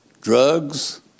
drugs